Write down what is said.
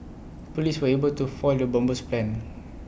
Police were able to foil the bomber's plans